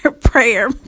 prayer